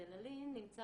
ודללין נמצא